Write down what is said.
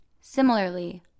Similarly